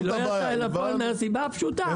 היא לא יצאה אל הפועל מהסיבה הפשוטה.